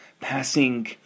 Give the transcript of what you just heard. passing